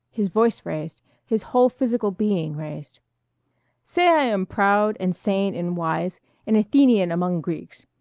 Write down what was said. his voice raised, his whole physical being raised say i am proud and sane and wise an athenian among greeks.